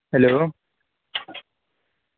hello